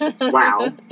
wow